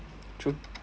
true